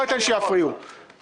אני לא אתן שיפריעו, בבקשה.